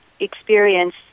experience